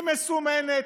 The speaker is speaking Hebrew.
היא מסומנת.